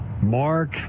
Mark